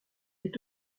est